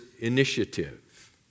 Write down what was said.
initiative